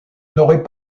n’aurait